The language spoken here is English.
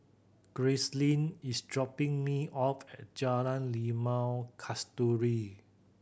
Gracelyn is dropping me off at Jalan Limau Kasturi